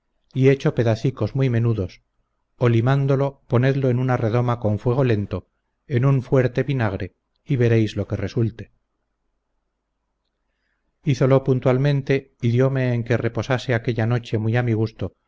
y hecho pedacicos muy menudos o limándolo ponedlo en una redoma con fuego lento en muy fuerte vinagre y veréis lo que resulte hízolo puntualmente y diome en que reposase aquella noche muy a mi gusto